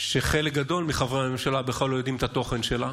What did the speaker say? חלק גדול מחברי הממשלה בכלל לא ידעו את התוכן שלה